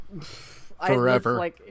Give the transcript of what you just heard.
Forever